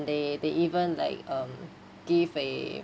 they they even like um give a